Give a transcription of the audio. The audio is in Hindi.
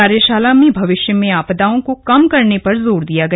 कार्यशाला में भविष्य में आपदाओं को कम करने पर जोर दिया गया